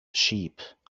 sheep